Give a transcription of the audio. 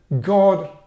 God